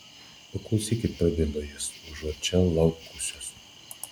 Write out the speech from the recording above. paklausykit prabilo jis užuot čia laukusios